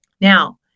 Now